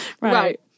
Right